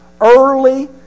early